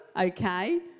Okay